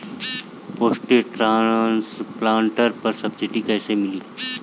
Paddy transplanter पर subsidy कैसे मिली?